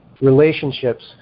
relationships